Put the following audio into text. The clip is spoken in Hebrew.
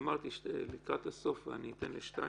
אמרתי שלקראת הסוף אני אתן לשתיים.